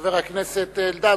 חבר הכנסת אלדד.